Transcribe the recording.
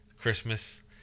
Christmas